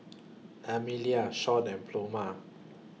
Emelia Shaun and Pluma